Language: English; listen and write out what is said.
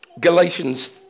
Galatians